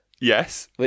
Yes